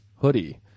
hoodie